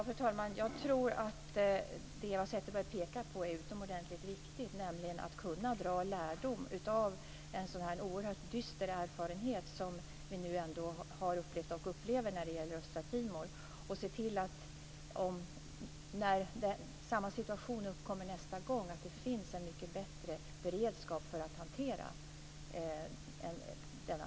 Fru talman! Jag tror att det Eva Zetterberg pekar på är utomordentligt viktigt, nämligen att kunna dra lärdom av en sådan här oerhört dyster erfarenhet som den vi har upplevt och upplever när det gäller östra Timor. När samma situation uppkommer nästa gång måste vi se till att det finns en mycket bättre beredskap för att hantera denna.